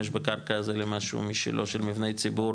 בקרקע הזו למשהו משלו של מבני ציבור,